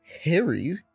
harry